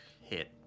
hit